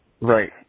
Right